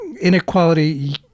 inequality